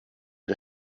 der